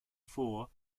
for